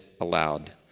aloud